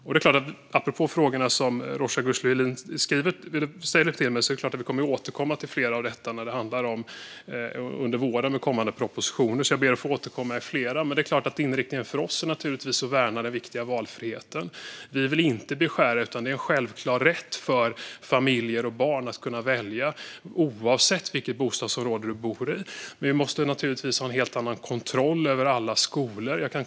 Vi kommer att debattera flera av Roza Güclü Hedins frågor till mig under vårens propositionsdebatter, så jag ber att få återkomma då. Men vår inriktning är förstås att värna den viktiga valfriheten. Vi vill inte beskära den självklara rätten för föräldrar och barn att kunna välja oavsett bostadsområde. Vi måste givetvis ha en helt annan kontroll över alla skolor.